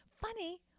funny